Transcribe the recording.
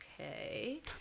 okay